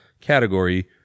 category